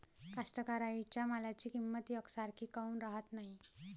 कास्तकाराइच्या मालाची किंमत यकसारखी काऊन राहत नाई?